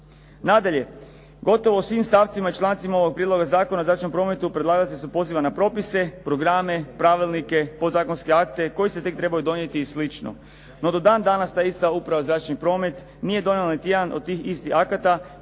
Nadalje, gotovo u svim stavcima i člancima ovog Prijedloga Zakona o zračnom prometu predlagaoc se poziva na propise, programe, pravilnike, podzakonske akte koji se tek trebaju donijeti i slično. No, do dan danas ta ista Uprava zračni promet, nije donijela niti jedan od tih istih akata,